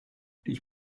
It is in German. ich